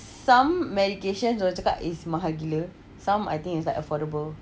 some medications dorang cakap is mahal gila some I think it's like affordable